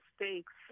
mistakes